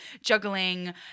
juggling